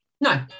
No